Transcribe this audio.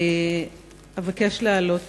אבקש להעלות